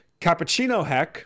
CappuccinoHack